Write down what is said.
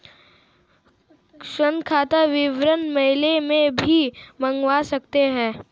ऋण खाता विवरण मेल पर भी मंगवा सकते है